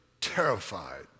terrified